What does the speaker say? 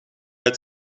het